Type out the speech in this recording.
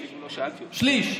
שליש.